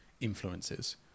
influences